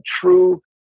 true